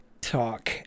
talk